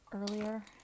earlier